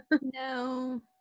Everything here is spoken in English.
No